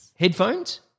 Headphones